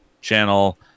channel